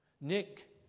Nick